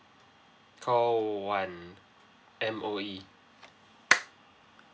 call one M_O_E